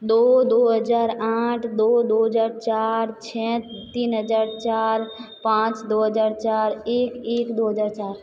दो दो हजार आठ दो दो हजार चार छः तीन हजार चार पाँच दो हजार चार एक एक दो हजार चार